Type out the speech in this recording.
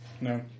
No